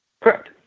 Correct